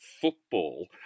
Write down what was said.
football